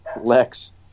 Lex